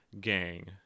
gang